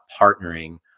partnering